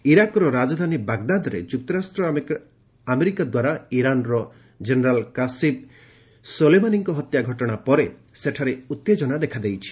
ଇରାକର ରାଜଧାନୀ ବାଗ୍ଦାଦରେ ଯୁକ୍ତରାଷ୍ଟ୍ର ଆମେରିକା ଦ୍ୱାରା ଇରାନର ଜେନେରାଲ୍ କାଶିମ୍ ସୋଲେମାନିଙ୍କ ହତ୍ୟା ଘଟଣା ପରେ ସେଠାରେ ଉତ୍ତେଜନା ଦେଖାଦେଇଛି